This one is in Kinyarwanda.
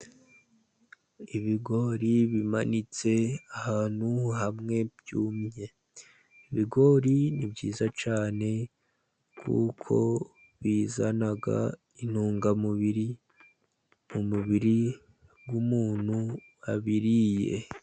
Ibigori bimanitse ahantu hamwe byumye . Ibigori, ni byiza cyane, kuko bizana intungamubiri mu mubiri w'umuntu wabiriye.